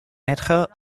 être